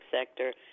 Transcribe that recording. sector